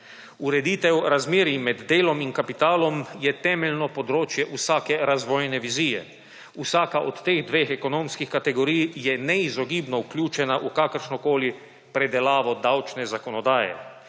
Ureditev razmerij med delom in kapitalom je temeljno področje vsake razvojne vizije. Vsaka od teh dveh ekonomskih kategorij je neizogibno vključena v kakršnokoli predelavo davčne zakonodaje.